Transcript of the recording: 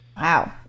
Wow